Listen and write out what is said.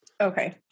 okay